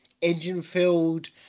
engine-filled